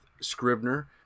Scribner